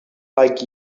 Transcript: like